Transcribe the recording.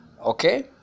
okay